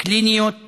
קליניות